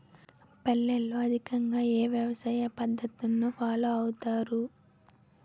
పల్లెల్లో అధికంగా ఏ వ్యవసాయ పద్ధతులను ఫాలో అవతారు?